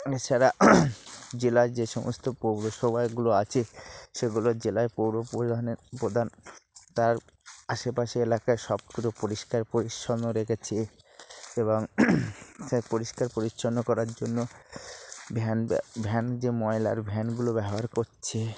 এছাড়া জেলায় যে সমস্ত পৌরসভাগুলো আছে সেগুলোর জেলায় পৌরপ্রধানের প্রধান তার আশেপাশে এলাকায় সব পরিষ্কার পরিচ্ছন্ন রেখেছে এবং পরিষ্কার পরিচ্ছন্ন করার জন্য ভ্যান ভ্যান যে ময়লার ভ্যানগুলো ব্যবহার করছে